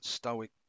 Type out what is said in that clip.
Stoic